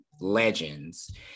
legends